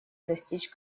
достичь